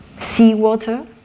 seawater